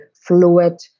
fluid